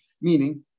meaning